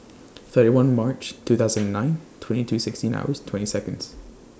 thirty one March two thousand and nine twenty two sixteen hours twenty Seconds